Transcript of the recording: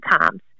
times